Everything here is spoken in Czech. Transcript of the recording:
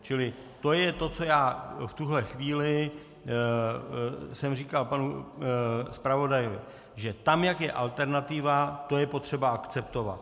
Čili to je to, co já v tuhle chvíli jsem říkal panu zpravodaji, že tam, jak je alternativa, to je potřeba akceptovat.